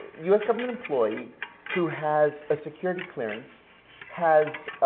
us government employee who has a security clearance has